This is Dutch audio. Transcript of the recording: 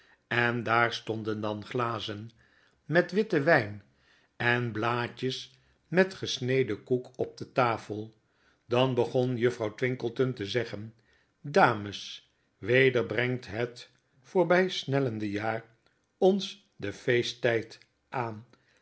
en daar stonden dan glazen met witten wyn en blaadjes met gesneden koek op de tafel dan begon juffrouw twinkleton te zeggen dames weder brengt het voorbpnellende jaar ons den feesttyd aan